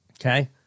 Okay